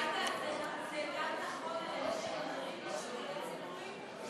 עאידה, זה גם נכון על אנשים אחרים בשירות הציבורי?